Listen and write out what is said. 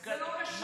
זה לא קשור.